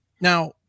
Now